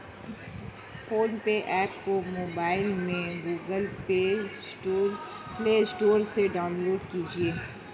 phone पे app को mobile में गूगल प्ले स्टोर से डाउनलोड कीजिए